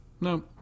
No